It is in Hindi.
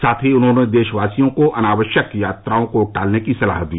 साथ ही उन्होंने देशवासियों को अनावश्यक यात्राओं को टालने की सलाह दी